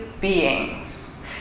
beings